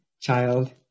child